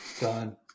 Done